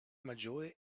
maggiore